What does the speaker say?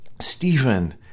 Stephen